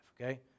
okay